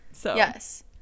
Yes